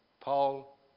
Paul